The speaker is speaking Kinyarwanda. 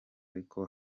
ariko